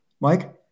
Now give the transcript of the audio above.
Mike